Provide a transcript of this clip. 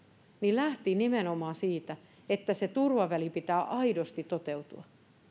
lähti nimenomaan siitä että sen turvavälin pitää aidosti toteutua